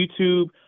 YouTube